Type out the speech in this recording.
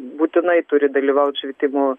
būtinai turi dalyvaut švietimo